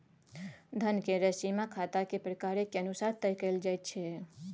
धन केर सीमा खाताक प्रकारेक अनुसार तय कएल जाइत छै